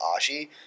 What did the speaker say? Ashi